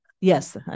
Yes